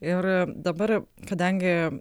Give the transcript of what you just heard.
ir dabar kadangi